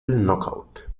knockout